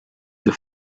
the